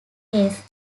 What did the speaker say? case